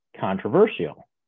controversial